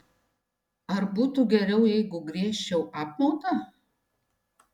ar būtų geriau jeigu giežčiau apmaudą